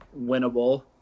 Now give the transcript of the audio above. winnable